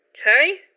Okay